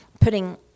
putting